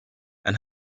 and